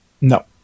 No